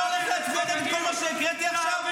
אתה מטיף לנו מוסר --- אתה הולך להצביע נגד כל מה שהקראתי עכשיו?